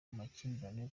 makimbirane